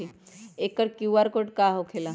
एकर QR code का होकेला?